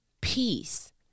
peace